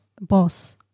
boss